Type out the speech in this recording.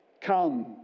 Come